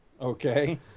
Okay